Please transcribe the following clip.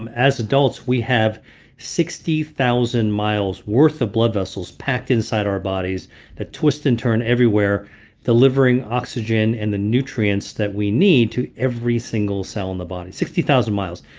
um as adults, we have sixty thousand miles' worth of blood vessels packed inside our bodies that twist and turn everywhere delivering oxygen and the nutrients that we need to every single cell in the body. sixty thousand miles.